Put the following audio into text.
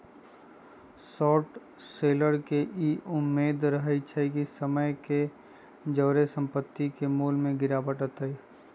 short seller के इ उम्मेद रहइ छइ कि समय के जौरे संपत्ति के मोल में गिरावट अतइ